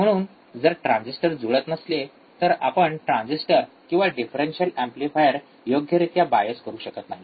म्हणून जर ट्रान्झिस्टर जुळत नसले तर ते आपण ट्रान्झिस्टर किंवा डिफरेंशियल एम्पलीफायर योग्यरित्या बायस करू शकत नाही